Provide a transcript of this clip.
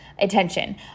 Attention